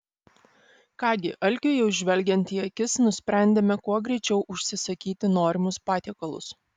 ką gi alkiui jau žvelgiant į akis nusprendėme kuo greičiau užsisakyti norimus patiekalus